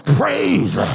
praise